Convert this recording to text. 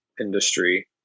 industry